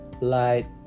Light